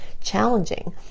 challenging